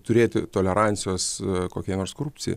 turėti tolerancijos kokiai nors korupcijai